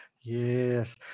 yes